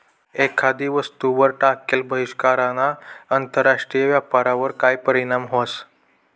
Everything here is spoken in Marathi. एखादी वस्तूवर टाकेल बहिष्कारना आंतरराष्ट्रीय व्यापारवर काय परीणाम व्हस?